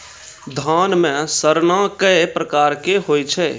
धान म सड़ना कै प्रकार के होय छै?